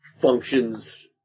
functions